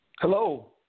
Hello